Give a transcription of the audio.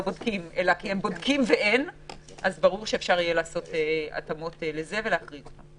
אז ברור שאפשר יהיה לעשות לזה התאמות ולהחריג אותה.